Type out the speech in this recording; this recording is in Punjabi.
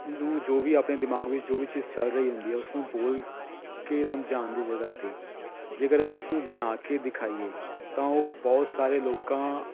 ਨੂੰ ਜੋ ਵੀ ਆਪਣੇ ਦਿਮਾਗ ਵਿੱਚ ਜੋ ਵੀ ਚੀਜ਼ ਚੱਲ ਰਹੀ ਹੁੰਦੀ ਆ ਉਸ ਨੂੰ ਬੋਲ ਕੇ ਸਮਝਾਉਣ ਦੀ ਜਗ੍ਹਾ 'ਤੇ ਜੇਕਰ ਅਸੀਂ ਉਸਨੂੰ ਬਣਾ ਕੇ ਦਿਖਾਈਏ ਤਾਂ ਉਹ ਬਹੁਤ ਸਾਰੇ ਲੋਕਾਂ